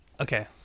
Okay